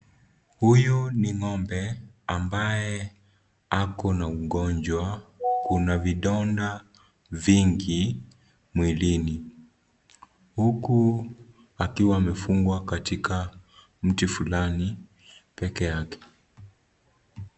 Huyu ni ng'ombe ambaye ako na ugonjwa. Kuna vidonda vingi mwilini. Huku akiwa amefungwa kwenye mti pekee yake.